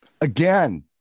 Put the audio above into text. again